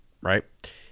right